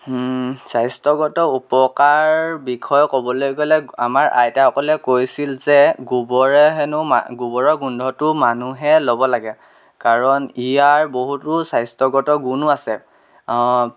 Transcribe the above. স্বাস্থ্যগত উপকাৰ বিষয়ে ক'বলৈ গ'লে আমাৰ আইতাসকলে কৈছিল যে গোবৰে হেনো মা গোবৰৰ গোন্ধটো মানুহে ল'ব লাগে কাৰণ ইয়াৰ বহুতো স্বাস্থ্যগত গুণো আছে